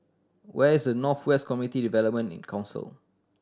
where is North West Community Development Council